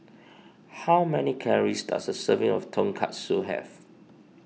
how many calories does a serving of Tonkatsu have